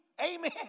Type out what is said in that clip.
Amen